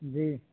جی